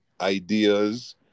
ideas